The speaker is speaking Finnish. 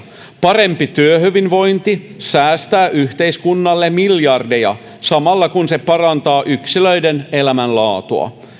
parempi työhyvinvointi säästää yhteiskunnalle miljardeja samalla kun se parantaa yksilöiden elämänlaatua